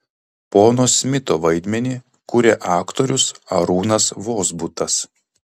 pono smito vaidmenį kuria aktorius arūnas vozbutas